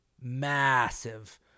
massive